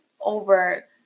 over